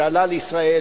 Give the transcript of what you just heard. שעלה לישראל,